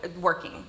working